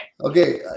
Okay